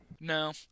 No